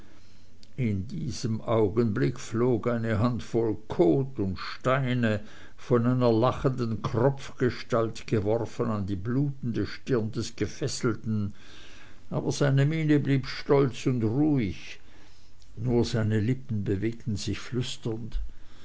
in diesem augenblicke flog eine handvoll kot und steine von einer lachenden kropfgestalt geworfen an die blutende stirne des gefesselten aber seine miene blieb stolz und ruhig nur seine lippen bewegten sich flüsternd